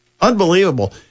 Unbelievable